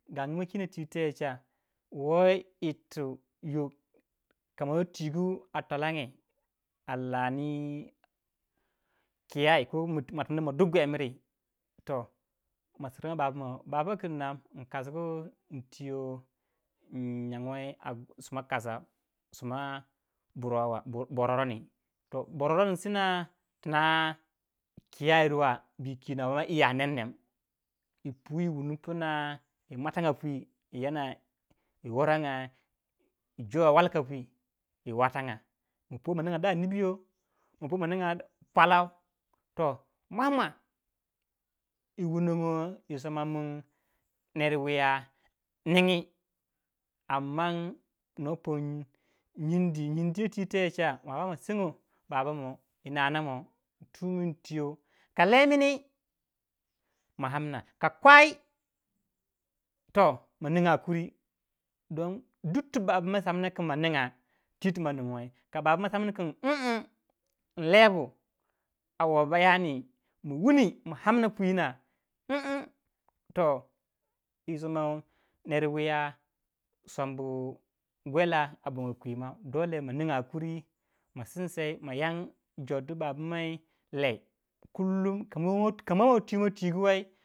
Gangu mou kinon twi twe ya cha woi irtu koma twigu a twalange loni kiaye duh guei bri ma ya in anguwei suma roso suma burwa. tina kiya bi kinowa amman iya nemnem iyi pu yibruni pin yimatoni yi woronga yi jor walka yi watonga ma puwei maning da nibyo ma nanga pwalou mmwamwa yiwu nongo yi suma mun ner wuya ningi amman no pong nyindi. nyindi tey twi teye cha baba mon yin mana moh tunmi in tuyo ka lemini ma amna ka kwai toh ma ningga kanadi don duk tu babamo samna mninga twiti maningoi ka babamu samni kin inlebu a wo bayani ma wuni ma amma apu nyina to isoma ner wuya sombu gwela abongon kwimau dole maninga kanadi ma yan jor di babmo lei, kamo tummo twigu wei.